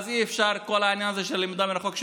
ואז אי-אפשר שיקרה כל העניין הזה של למידה מרחק.